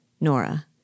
Nora